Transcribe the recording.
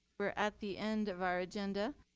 we're at the end of our agenda.